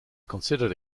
considered